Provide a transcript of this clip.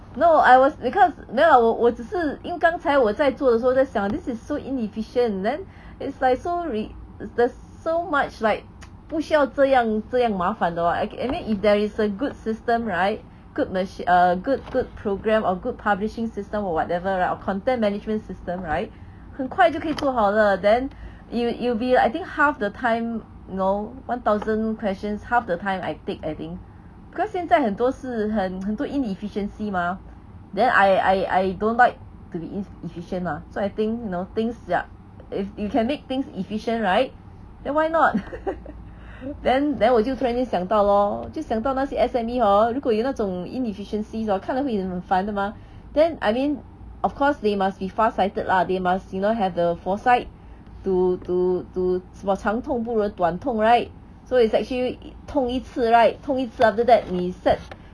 no I was because 没有啦我我只是因刚才我在做的时候在想 this is so inefficient then it's like so read there's so much like 不需要这样这样麻烦 de [what] I I mean if if there is a good system right good machine err good good program or good publishing system or whatever uh or content management system right 很快就可以做好了 then you you be I think half the time know one thousand questions half the time I take adding because 现在很多是很 很多 inefficiency mah then I I I don't like to be inefficient mah so I think you know things that are you can make things efficient right then why not then then 我就突然间想到 lor 就想到那些 S_M_E hor 如果有那种 inefficiencies hor 看了会很烦的嘛 then I mean of course they must be far sighted lah they must you know have the foresight to to to 什么长痛不如短痛 right so it's actually 痛一次 right 痛一次 after that 你 set